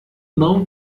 não